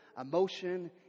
emotion